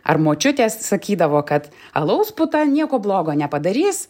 ar močiutės sakydavo kad alaus puta nieko blogo nepadarys